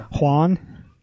Juan